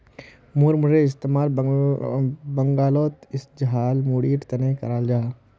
मुड़मुड़ेर इस्तेमाल बंगालोत झालमुढ़ीर तने कराल जाहा